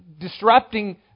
disrupting